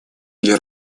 для